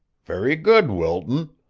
very good, wilton,